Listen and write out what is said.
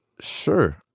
sure